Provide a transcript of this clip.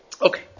Okay